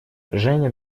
женя